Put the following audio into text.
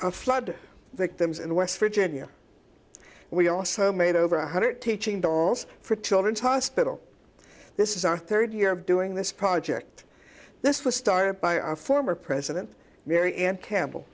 flood victims in west virginia we also made over one hundred teaching dolls for children's hospital this is our third year of doing this project this was started by our former president mary and campbell